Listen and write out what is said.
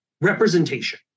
representation